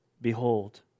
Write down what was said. Behold